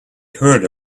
heard